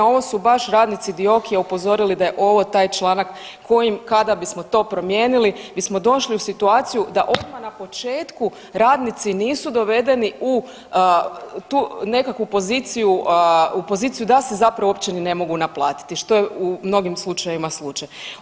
Ovo su baš radnici Diokija upozorili da je ovo taj članak kojim, kada bismo to promijenili bismo došli u situaciju da odmah na početku radnici nisu dovedeni u tu nekakvu poziciju, u poziciju da se zapravo uopće i ne mogu naplatiti, što je u mnogim slučajevima slučaj.